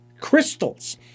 crystals